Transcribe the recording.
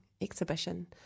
exhibition